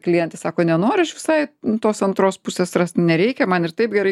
klientė sako nenoriu aš visai tos antros pusės rast nereikia man ir taip gerai